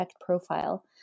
profile